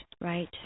right